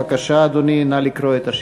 בבקשה, אדוני, נא לקרוא את השאילתה.